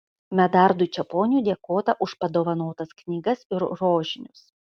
medardui čeponiui dėkota už padovanotas knygas ir rožinius